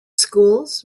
schools